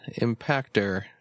Impactor